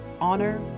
honor